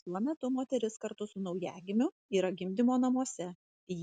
šiuo metu moteris kartu su naujagimiu yra gimdymo namuose